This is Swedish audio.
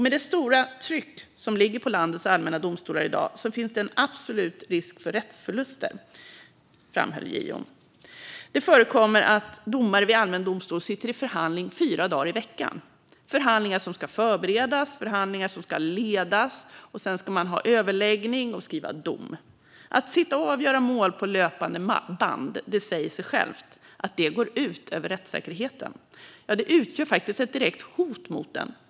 Med det stora tryck som ligger på landets allmänna domstolar i dag finns det absolut risk för rättsförluster, framhöll JO. Det förekommer att domare vid allmän domstol sitter i förhandling fyra dagar i veckan. Det är förhandlingar som ska förberedas och förhandlingar som ska ledas, och sedan ska man ha överläggning och skriva dom. Att sitta och avgöra mål på löpande band - det säger sig självt att det går ut över rättssäkerheten. Ja, det utgör faktiskt ett direkt hot mot den.